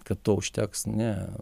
kad to užteks ne